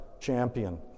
champion